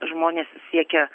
žmonės siekia